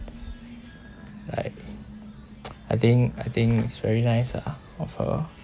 like I think I think it's very nice ah of her